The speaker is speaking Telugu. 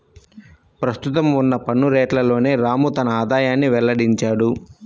ప్రస్తుతం ఉన్న పన్ను రేట్లలోనే రాము తన ఆదాయాన్ని వెల్లడించాడు